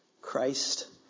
Christ